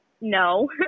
no